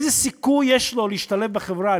איזה סיכוי יש לו להשתלב בחברה?